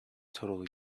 totally